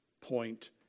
point